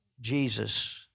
Jesus